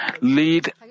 lead